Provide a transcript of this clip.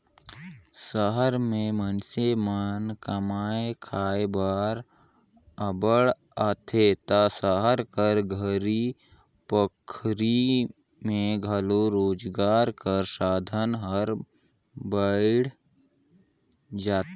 सहर में मइनसे मन कमाए खाए बर अब्बड़ आथें ता सहर कर घरी पखारी में घलो रोजगार कर साधन हर बइढ़ जाथे